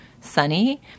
sunny